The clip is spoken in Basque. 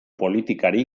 politikari